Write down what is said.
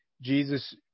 jesus